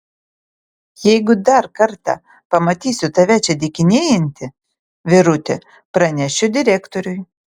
jeigu dar kartą pamatysiu tave čia dykinėjantį vyruti pranešiu direktoriui